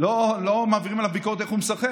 לא מעבירים עליו ביקורת על איך הוא משחק.